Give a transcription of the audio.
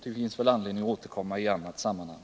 Det blir väl anledning att återkomma i annat sammanhang.